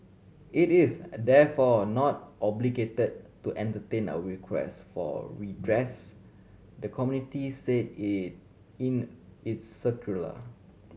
it is therefore not obligated to entertain our request for redress the community said it in its circular